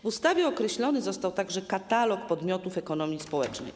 W ustawie określony został także katalog podmiotów ekonomii społecznej.